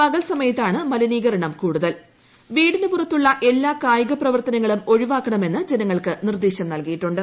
പകൽ സമയത്താണ് മലിനീകരണം കൂടുതൽ വീടിന് പുറത്തുള്ള എല്ലാ കായിക പ്രവർത്തനങ്ങളും ഒഴിവാക്കണമെന്ന് ജനങ്ങൾക്ക് നിർദ്ദേശം നൽകിയിട്ടുണ്ട്